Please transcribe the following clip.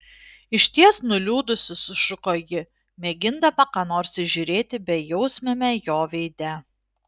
išties nuliūdusi sušuko ji mėgindama ką nors įžiūrėti bejausmiame jo veide